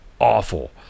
awful